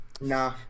Nah